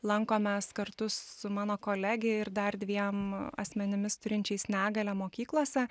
lankom mes kartu su mano kolege ir dar dviem asmenimis turinčiais negalią mokyklose